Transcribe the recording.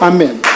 Amen